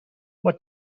what